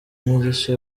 n’igice